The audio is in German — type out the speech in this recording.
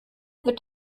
wird